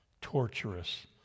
torturous